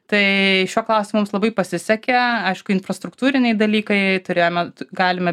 tai šiuo klausimu mums labai pasisekė aišku infrastruktūriniai dalykai turėjome galime